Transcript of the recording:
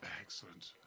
Excellent